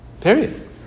Period